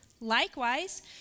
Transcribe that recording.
Likewise